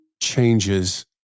changes